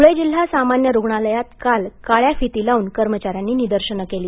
धुळे जिल्हा सामान्य रुग्णालयात काल काळ्या फिती लावून कर्मचाऱ्यांनी निदर्शने केली